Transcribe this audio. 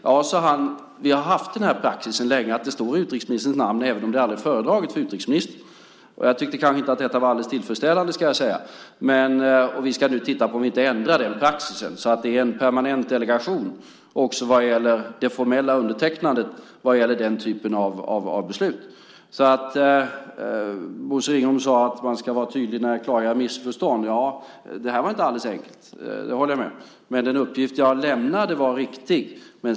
Ja, sade han, vi har länge haft praxisen att utrikesministerns namn finns med även om det aldrig föredragits för utrikesministern. Jag tyckte kanske inte att detta var alldeles tillfredsställande - det ska jag säga. Vi ska nu titta på om vi inte ska ändra praxis så att det är en permanent delegation också vad gäller det formella undertecknandet av den typen av beslut. Bosse Ringholm sade att man ska vara tydlig när det gäller att klargöra missförstånd. Ja, men det här var inte alldeles enkelt; det håller jag med om. Men den uppgift jag lämnade var riktig.